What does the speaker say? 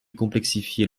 complexifier